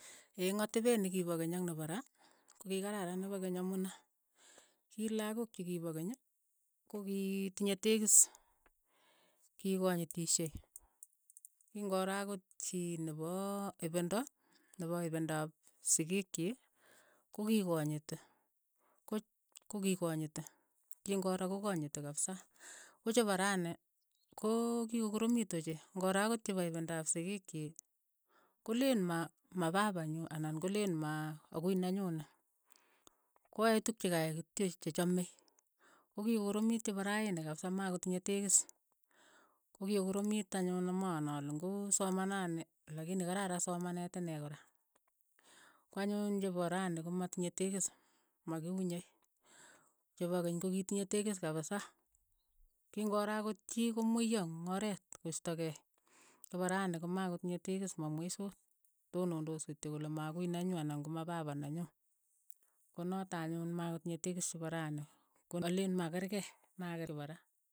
eng' atepet nekipo keny ak nepo raa. ko ki kararan ne po keny amu ni, ki lakok che ki pa keny ko ki tinye tegis, ki konyitishei, ki ngoro akot chii nepo ipinda, nepo ipindaap sikiik chii, ko ki konyiti, puch ko ki konyiti, ki ngoro ko konyiti kapsa, ko chepo rani ko ki kokoromitu ochei, ng'oro akot chepo ipindaap sikiik chiik, kolen ma- ma papanyu ana kolen ma akui ne nyu, ko yae tuuk che kayai kityo, che chame, ko kikokoromiit che pa raini kapsa makotinye tekis, ko kikokoromit anyun amang'en ale ngu somanani lakini kararan somaneet inee kora, ko anyun chepo rani ko matinyei tekis, ma kiunye, chepo keny ko kitinye tekis kapisa, ki ngoro kot chii ko mweiyo eng' oreet, ko istokei, chepo rani ko makotinye tekis, mamweisoot, to nondoos kityo kole ma akui nenyu anan ko ma papa nenyu, ko noto anyun makotinyei tekis chepo rani, ko alen ma keerkei makeer ko pa ra.